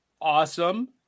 awesome